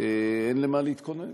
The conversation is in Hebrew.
אין למה להתכונן